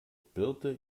birte